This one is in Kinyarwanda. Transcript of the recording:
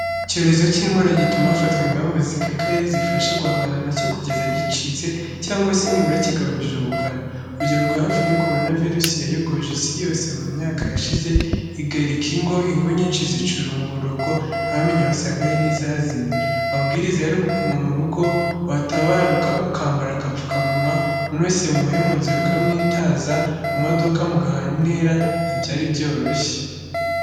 Icyorezo cy'indwara gituma hafatwa ingamba zikakaye, zifasha guhangana na cyo, kugeza gicitse cyangwa se nibura kigabanyije ubukana. Urugero rwa hafi ni Korona virusi yayogoje isi yose mu myaka yashize, igarika ingogo, ingo nyinshi zicura umuborogo, ntawamenya wasanga hari n'izazimye. Amabwiriza yari ukuguma mu rugo, watarabuka ukambara agapfukamunwa, umuntu wese muhuye mu nzira ukamwitaza, mu modoka mugahana intera. Ntibyari byoroshye.